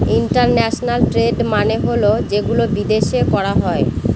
international trade মানে হল যেগুলো বিদেশে করা হয়